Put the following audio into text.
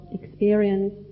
experience